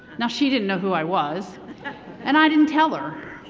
now she didn't know who i was and i didn't tell her.